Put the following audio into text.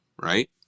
right